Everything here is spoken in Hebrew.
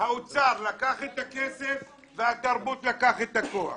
האוצר לקח את הכסף והתרבות לקח את הכוח.